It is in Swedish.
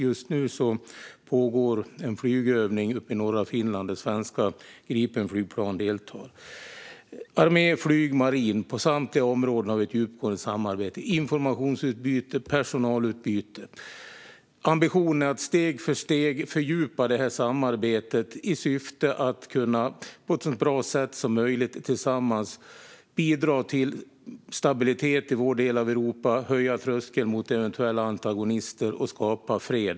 Just nu pågår en flygövning uppe i norra Finland där svenska Gripenflygplan deltar. Armé, flyg, marin - på samtliga områden har vi ett djupgående samarbete, informationsutbyte och personalutbyte. Ambitionen är att steg för steg fördjupa detta samarbete i syfte att på ett så bra sätt som möjligt tillsammans kunna bidra till stabilitet i vår del av Europa, höja tröskeln mot eventuella antagonister och skapa fred.